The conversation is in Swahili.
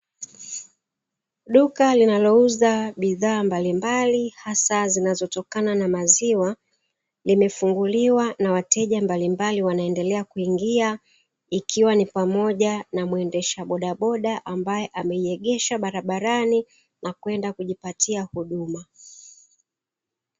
Duka linalouza bidhaa mbalimbali hasa zinazotokana na maziwa, limefunguliwa na wateja mbalimbali wanaendelea kuingia ikiwa ni pamoja na mwendesha bodaboda ambaye ameiegesha barabarani na kwenda kujipatia huduma.